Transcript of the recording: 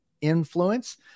influence